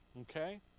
Okay